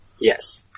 Yes